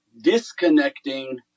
disconnecting